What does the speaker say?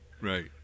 Right